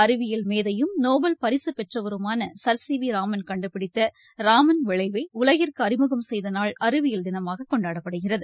அறிவியல் மேதையும் நோபல் பரிசு பெற்றவருமான சள் சி வி ராமன் கண்டுபிடித்த ராமன் விளைவை உலகிற்கு அறிமுகம் செய்த நாள் அறிவியல் தினமாக கொண்டாடப்படுகிறது